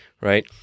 right